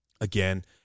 again